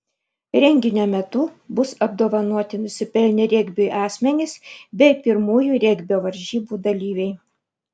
renginio metu bus apdovanoti nusipelnę regbiui asmenys bei pirmųjų regbio varžybų dalyviai